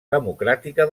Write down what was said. democràtica